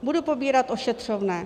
Budu pobírat ošetřovné.